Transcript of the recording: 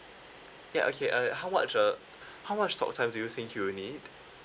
ya okay err how much uh how much talk time do you think you will need